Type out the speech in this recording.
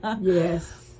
yes